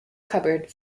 cupboard